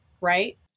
right